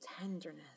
Tenderness